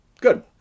Good